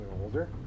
older